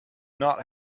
not